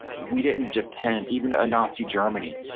we did depend even ah a nazi germany.